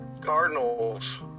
Cardinals